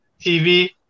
TV